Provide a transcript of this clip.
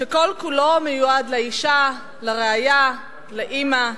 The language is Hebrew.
שכל כולו מיועד לאשה, לרעיה, לאמא: